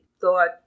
thought